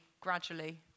gradually